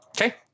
Okay